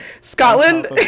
Scotland